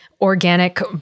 organic